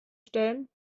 stellen